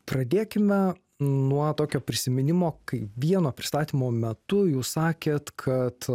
pradėkime nuo tokio prisiminimo kaip vieno pristatymo metu jūs sakėt kad